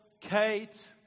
Kate